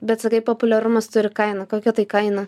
bet sakai populiarumas turi kainą kokia tai kaina